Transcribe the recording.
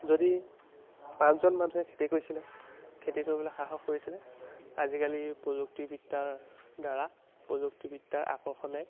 যদি পাঁচজন মানুহে খেতি কৰিছিলে খেতি কৰিবলে সাহস কৰিছিলে আজিকালি প্ৰযুক্তিবিদ্যাৰ দ্বাৰা প্ৰযুক্তিবিদ্যাৰ আকৰ্ষণে